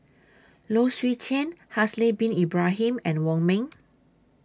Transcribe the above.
Low Swee Chen Haslir Bin Ibrahim and Wong Ming